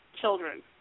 children